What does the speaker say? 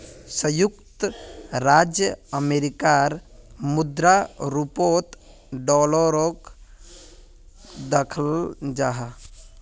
संयुक्त राज्य अमेरिकार मुद्रा रूपोत डॉलरोक दखाल जाहा